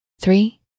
three